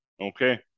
Okay